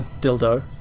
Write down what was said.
dildo